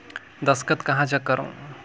दस्खत कहा जग करो?